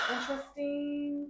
Interesting